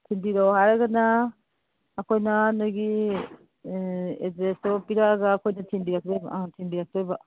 ꯊꯤꯟꯕꯤꯔꯣ ꯍꯥꯏꯔꯒꯅ ꯑꯩꯈꯣꯏꯅ ꯅꯣꯏꯒꯤ ꯑꯦꯗ꯭ꯔꯦꯁꯇꯣ ꯄꯤꯔꯛꯑꯒ ꯑꯩꯈꯣꯏꯅ ꯊꯤꯟꯕꯤꯔꯛꯇꯣꯏꯕ ꯊꯤꯟꯕꯤꯔꯛꯇꯣꯏꯕ